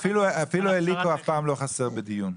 אפילו אליקו אף פעם לא חסר בדיון.